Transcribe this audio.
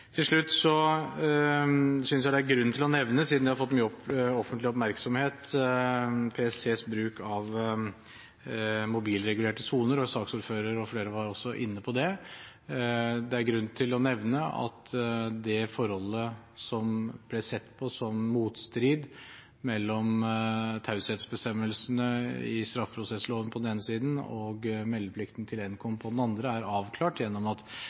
Til slutt synes jeg det er grunn til å nevne – siden det har fått mye offentlig oppmerksomhet – PSTs bruk av mobilregulerte soner. Saksordføreren og flere andre var også inne på det. Det er grunn til å nevne at det forholdet som ble sett på som motstrid mellom taushetsbestemmelsene i straffeprosessloven på den ene siden og meldeplikten til NKOM, Nasjonal kommunikasjonsmyndighet, på den andre, er avklart gjennom at